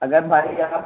اگر بھائی صاحب